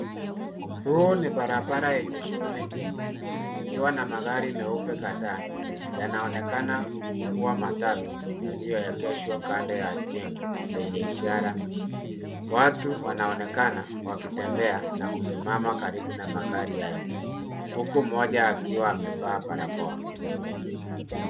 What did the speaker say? Huo ni barabara yenye shughuli nyingi. Ikiwa na magari meupe kadhaa yanaonekana kuwa matatu yaliyoegeshwa kando ya jengo lenye ishara, watu wanaonekana wakitembea na kusimama karibu na magari hayo, huku mmoja akiwa amevaa barakoa.